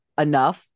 enough